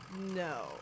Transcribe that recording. No